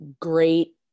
great